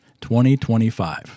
2025